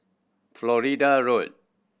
Florida Road